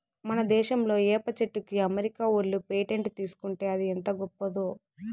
మన దేశంలా ఏప చెట్టుకి అమెరికా ఓళ్ళు పేటెంట్ తీసుకుంటే అది ఎంత గొప్పదో